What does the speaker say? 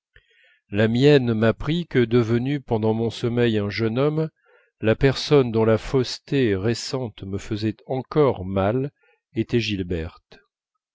la mienne m'apprit que devenue pendant mon sommeil un jeune homme la personne dont la fausseté récente me faisait encore mal était gilberte